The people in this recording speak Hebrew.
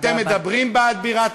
תודה רבה.